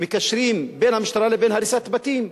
מקשרים בין המשטרה לבין הריסת בתים.